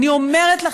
אני אומרת לך,